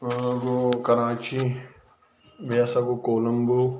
بیٛاکھ گوٚو کَراچی بیٚیہِ ہَسا گوٚو کولَمبو